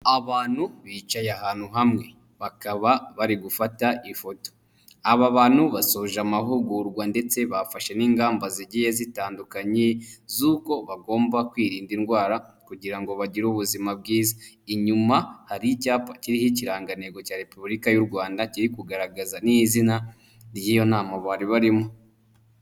Abantu bicaye ahantu hamwe bakaba bari gufata ifoto. Aba bantu basoje amahugurwa ndetse bafashe n'ingamba zigiye zitandukanye z'uko bagomba kwirinda indwara kugira ngo bagire ubuzima bwiza. Inyuma hari icyapa kiriho ikirangantego cya Repubulika y'u Rwanda kirikugaragaza n'izina ry'iyo nama bari barimo.